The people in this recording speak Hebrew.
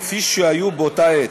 כפי שהיו באותה עת.